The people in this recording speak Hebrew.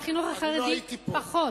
והחינוך החרדי פחות.